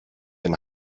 and